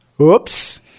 Oops